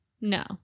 No